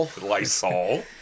Lysol